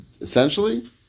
essentially